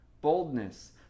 boldness